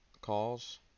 calls